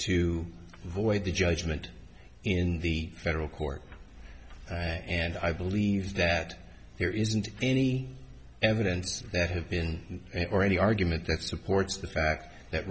to avoid the judgment in the federal court and i believe that there isn't any evidence that have been or any argument that supports the fact that